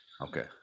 Okay